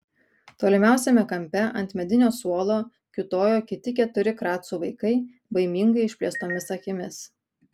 tolimiausiame kampe ant medinio suolo kiūtojo kiti keturi kracų vaikai baimingai išplėstomis akimis